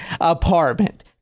apartment